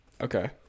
okay